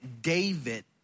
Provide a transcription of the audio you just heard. David